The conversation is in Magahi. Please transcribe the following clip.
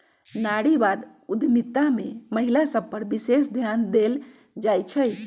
नारीवाद उद्यमिता में महिला सभ पर विशेष ध्यान देल जाइ छइ